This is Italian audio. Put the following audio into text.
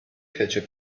fece